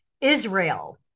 Israel